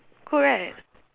cool right